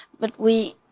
but we.